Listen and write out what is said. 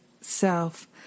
self